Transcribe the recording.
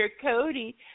Cody